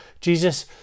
Jesus